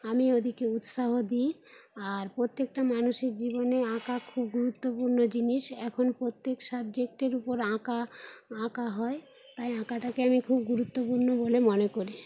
আমি ওদেরকে উৎসাহ দিই আর প্রত্যেকটা মানুষের জীবনে আঁকা খুব গুরুত্বপুর্ণ জিনিস এখন প্রত্যেক সাবজেক্টের উপর আঁকা আঁকা হয় তাই আঁকাটাকে আমি খুব গুরুত্বপূর্ণ বলে মনে করি